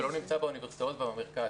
ולא נמצא באוניברסיטאות ובמרכז.